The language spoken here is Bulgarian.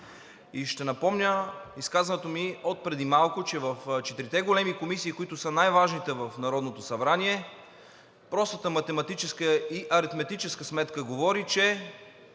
ще напомня изказването ми отпреди малко, че в четирите големи комисии, които са най-важните в Народното събрание, простата математическа и аритметическа сметка говори, че